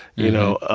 you know,